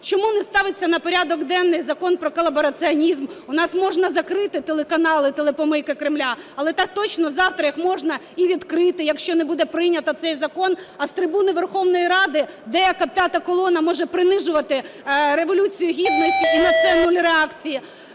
Чому не ставиться на порядок денний закон про колабораціонізм? У нас можна закрити телеканали, "телепомийки" Кремля, але так точно завтра їх можна і відкрити, якщо не буде прийнято цей закон. А з трибуни Верховної Ради деяка "п'ята колона" може принижувати Революцію Гідності, і на це нуль реакції.